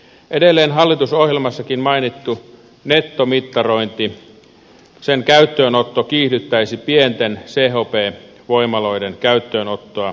edelleen hallitusohjelmassakin mainittu nettomittarointi sen käyttöönotto kiihdyttäisi pienten chp voimaloiden käyttöönottoa ja kehittämistä